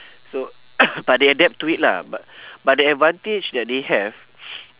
so but they adapt to it lah b~ but the advantage that they have